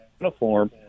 uniform